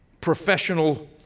professional